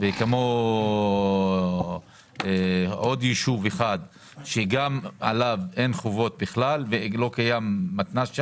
וכמו עוד ישוב אחד שגם עליו אין בכלל חובות ושם לא קיים מתנ"ס.